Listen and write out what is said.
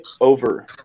over